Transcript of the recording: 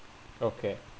okay